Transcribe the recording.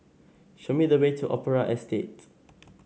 show me the way to Opera Estate